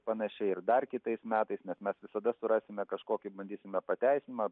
panaši ir dar kitais metais mat mes visada surasime kažkokį bandysime pateisinimą